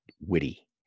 witty